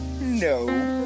No